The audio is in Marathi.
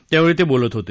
त्यावेळी ते बोलत होते